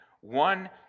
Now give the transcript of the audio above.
one